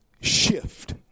shift